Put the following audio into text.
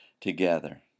together